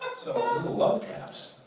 so, little love taps.